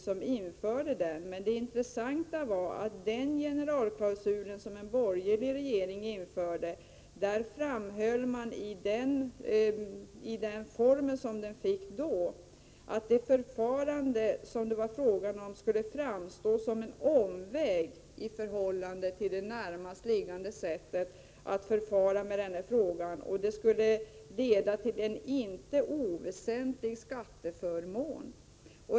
Men det intressanta är att det beträffande utformningen av den generalklausul som den borgerliga regeringen införde sades att förfarandet som det var fråga om skulle framstå som en omväg i förhållande till det närmast liggande sättet att förfara på och att förfarandet skulle leda till en inte oväsentlig skatteförmån.